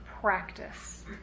practice